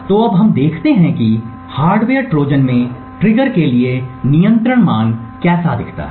तो अब हम देखते हैं कि हार्डवेयर ट्रोजन में ट्रिगर के लिए नियंत्रण मान कैसा दिखता है